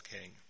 king